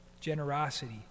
generosity